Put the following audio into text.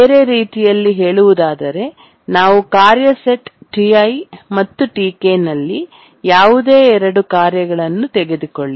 ಬೇರೆ ರೀತಿಯಲ್ಲಿ ಹೇಳುವುದಾದರೆ ನಾವು ಕಾರ್ಯ ಸೆಟ್ Ti ಮತ್ತು Tk ನಲ್ಲಿ ಯಾವುದೇ 2 ಕಾರ್ಯಗಳನ್ನು ತೆಗೆದುಕೊಳ್ಳಿ